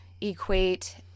equate